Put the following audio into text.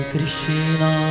Krishna